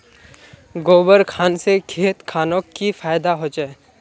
गोबर खान से खेत खानोक की फायदा होछै?